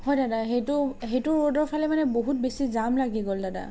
হয় দাদা সেইটো সেইটো ৰোডৰ ফালে মানে বহুত বেছি জাম লাগি গ'ল দাদা